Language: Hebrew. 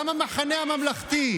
גם המחנה הממלכתי.